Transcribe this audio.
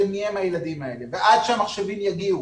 מי הם הילדים האלה ועד שהמחשבים יגיעו